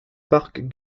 park